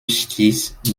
stieß